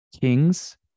Kings